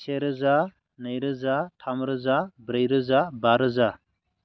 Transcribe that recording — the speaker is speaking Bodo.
सेरोजा नैरोजा थामरोजा ब्रैरोजा बारोजा